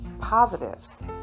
positives